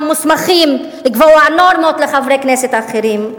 מוסמכים לקבוע נורמות לחברי כנסת אחרים,